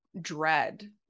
dread